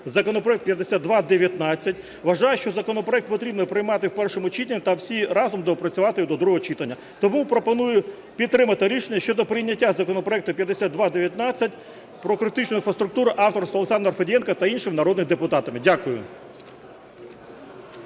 законопроект 5219. Вважаю, що законопроект потрібно приймати в першому читанні. Та всім разом доопрацювати його до другого читання. Тому пропоную підтримати рішення щодо прийняття законопроекту 5219 про критичну інфраструктуру авторства Олександра Федієнка та інших народних депутатів. Дякую.